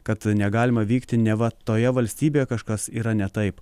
kad negalima vykti neva toje valstybėje kažkas yra ne taip